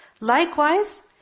Likewise